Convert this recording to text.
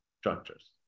structures